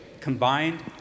combined